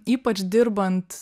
ypač dirbant